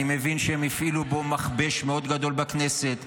אני מבין שהם הפעילו פה מכבש מאוד גדול בכנסת.